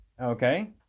Okay